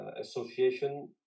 association